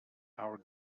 our